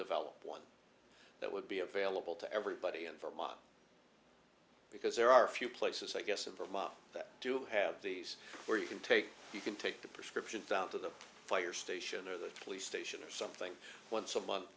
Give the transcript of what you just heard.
develop one that would be available to everybody in vermont because there are few places i guess of them that do have these where you can take you can take the prescription to the fire station or the police station or something once a month